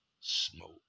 smoke